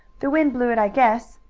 the wind blew it, i guess,